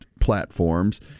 platforms